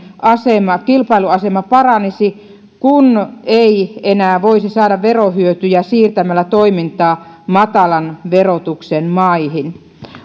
kilpailu asema paranisi kun ei enää voisi saada verohyötyjä siirtämällä toimintaa matalan verotuksen maihin